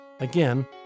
Again